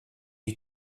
you